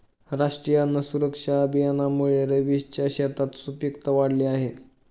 राष्ट्रीय अन्न सुरक्षा अभियानामुळे रवीशच्या शेताची सुपीकता वाढली आहे